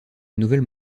nouvelle